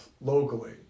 locally